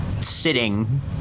sitting